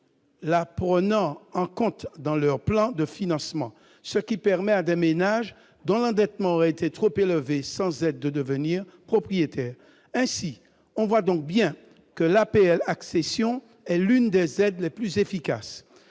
la prenant en compte dans leurs plans de financement. Cela permet à des ménages dont l'endettement aurait été trop élevé sans aide de devenir propriétaires. Ainsi, on le voit bien, l'APL-accession est l'une des aides les plus efficaces.